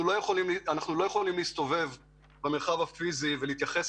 אנחנו לא יכולים להסתובב במרחב הפיזי ולהתייחס